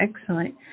Excellent